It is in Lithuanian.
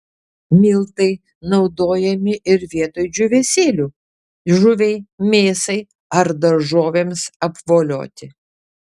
miltai naudojami ir vietoj džiūvėsėlių žuviai mėsai ar daržovėms apvolioti